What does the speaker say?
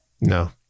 No